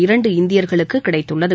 இரண்டு இந்தியர்களுக்கு கிடைத்துள்ளது